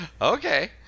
Okay